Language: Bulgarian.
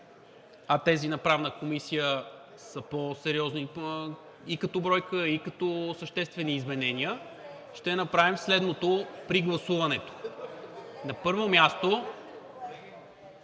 а тези на Правната комисия са по-сериозни и като бройка, и като съществени изменения, ще направим следното при гласуването: на първо място,